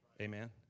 Amen